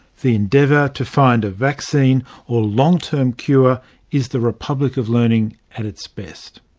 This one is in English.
the endeavour to find a vaccine or long-term cure is the republic of learning at its best.